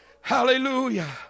Hallelujah